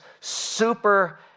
super